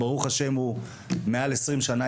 וברוך השם הוא יבש כבר מעל 20 שנה,